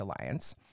Alliance